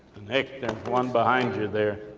nick, there's one behind you, there.